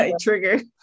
Trigger